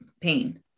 pain